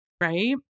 Right